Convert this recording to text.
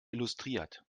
illustriert